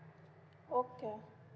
okay